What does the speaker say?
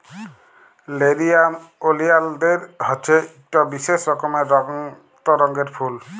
লেরিয়াম ওলিয়ালদের হছে ইকট বিশেষ রকমের রক্ত রঙের ফুল